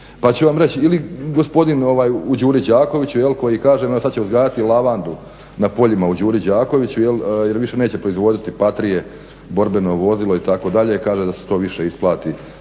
pa ću vam reći. Ili gospodin u Đuri Đakoviću jel' koji kaže evo sad će uzgajati lavandu na poljima u Đuri Đakoviću jer više neće proizvoditi PATRIA-e borbeno vozilo itd., kaže da se to više isplati,